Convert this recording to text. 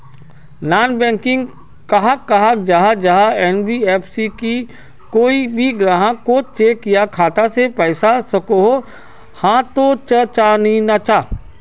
Non banking कहाक कहाल जाहा जाहा एन.बी.एफ.सी की कोई भी ग्राहक कोत चेक या खाता से पैसा सकोहो, हाँ तो चाँ ना चाँ?